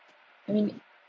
I mean